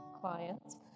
clients